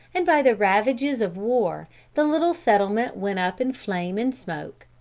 and by the ravages of war the little settlement went up in flame and smoke.